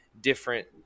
different